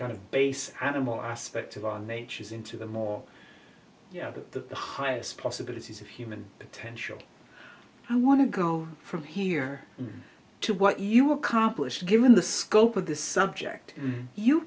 kind of base animal aspect of our natures into the more to the highest possibilities of human potential i want to go from here to what you accomplished given the scope of the subject you